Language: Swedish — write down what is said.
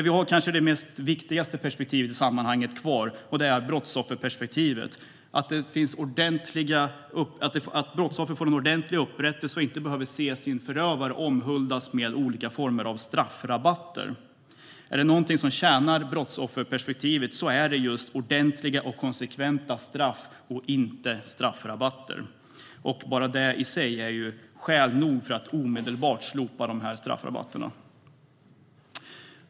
Vi har det viktigaste perspektivet i sammanhanget kvar, och det är brottsofferperspektivet, att brottsoffren får en ordentlig upprättelse och inte behöver se sin förövare omhuldas med olika former av straffrabatter. Är det någonting som tjänar brottsofferperspektivet är det just ordentliga och konsekventa straff och inte straffrabatter. Bara det är ju i sig skäl nog för att omedelbart slopa de här straffrabatterna.